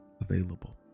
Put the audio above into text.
available